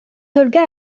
olga